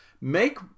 make